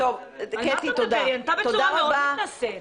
היא ענתה בצורה מאוד מתנשאת.